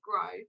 grow